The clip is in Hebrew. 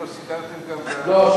סיכמתם גם, לא.